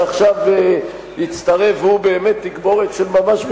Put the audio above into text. שעכשיו הצטרף והוא תגבורת של ממש בשורותיכם,